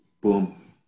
Boom